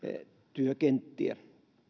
työkenttiä